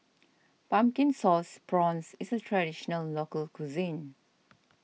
Pumpkin Sauce Prawns is a Traditional Local Cuisine